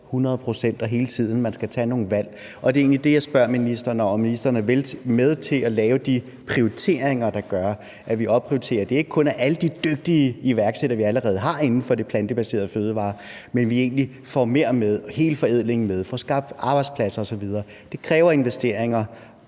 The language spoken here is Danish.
procent hele tiden – man skal tage nogle valg. Og det er egentlig det, jeg spørger ministeren om, altså om ministeren vil være med til at lave de prioriteringer, der gør, at vi opprioriterer det, så det ikke kun er i forhold til alle de dygtige iværksættere, vi allerede har inden for de plantebaserede fødevarer, men at vi får mere med, at vi får hele forædlingen med, at vi får skabt arbejdspladser osv. Det kræver investeringer